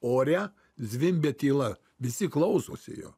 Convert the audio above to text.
ore zvimbia tyla visi klausosi jo